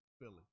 Philly